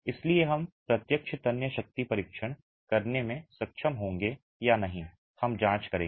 इसलिए हम प्रत्यक्ष तन्य शक्ति परीक्षण करने में सक्षम होंगे या नहीं हम जांच करेंगे